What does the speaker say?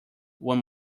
one